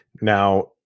Now